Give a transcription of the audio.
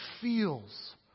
feels